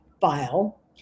file